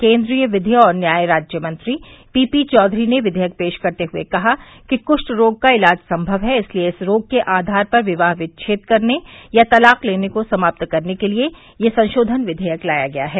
केंद्रीय विधि और न्याय राज्यमंत्री पीपी चौधरी ने विवेयक पेश करते हुए कहा कि कुष्ठ रोग का इलाज संमव है इसलिए इस रोग के आधार पर विवाह विच्छेद करने या तलाक लेने को समाप्त करने के लिए यह संशोधन विधेयक लाया गया है